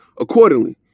accordingly